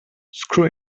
screw